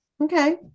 Okay